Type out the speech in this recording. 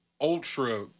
ultra